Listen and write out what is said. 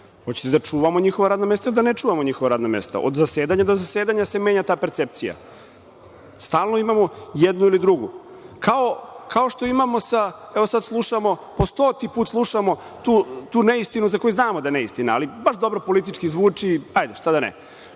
Hoćete li da čuvamo njihova radna mesta ili da ne čuvamo njihova radna mesta? Od zasedanja do zasedanja se menja ta percepcija. Stalno imamo jednu ili drugu. Kao što imamo, sada slušamo po stoti put tu neistinu, za koju znamo da je neistina, ali baš dobro politički zvuči, hajde, što da ne,